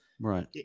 Right